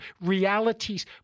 realities